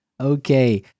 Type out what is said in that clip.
Okay